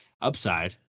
upside